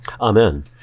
amen